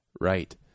Right